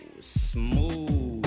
smooth